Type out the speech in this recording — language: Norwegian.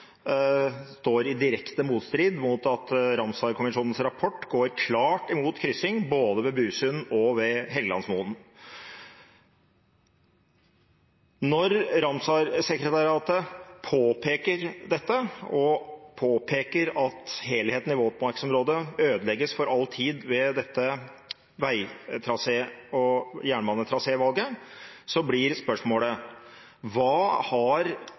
står i direkte motstrid, ved at Ramsar-konvensjonens rapport går klart imot kryssing, både ved Busund og ved Helgelandsmoen. Når Ramsar-sekretariatet påpeker dette og påpeker at helheten i våtmarksområdet ødelegges for all tid ved dette veitrasé- og jernbanetrasévalget, blir spørsmålet: Hva har